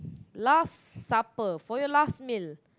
last supper for your last meal